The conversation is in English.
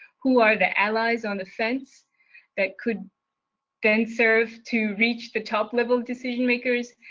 who are the allies on the fence that could then serve to reach the top level decision makers,